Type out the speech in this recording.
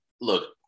look